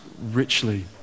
richly